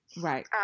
right